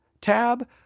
tab